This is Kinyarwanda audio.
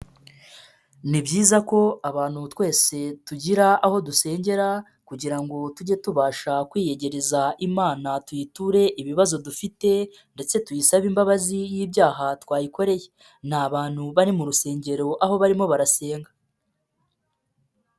Ni byiza ko abantu twese tugira aho dusengera kugira ngo tujye tubasha kwiyegereza imana tuyiture ibibazo dufite ndetse tuyisabe imbabazi y'ibyaha twayikoreye, ni abantu bari mu rusengero aho barimo barasenga.